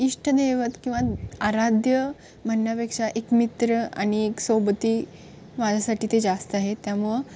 इष्टदैवत किंवा आराध्य म्हणण्यापेक्षा एक मित्र आणि एक सोबती माझ्यासाठी ते जास्त आहे त्यामुळं